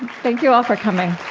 thank you all for coming